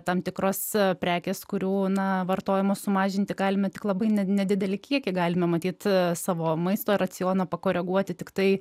tam tikros prekės kurių na vartojimą sumažinti galime tik labai nedidelį kiekį galime matyti savo maisto racioną pakoreguoti tiktai